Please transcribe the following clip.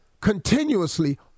continuously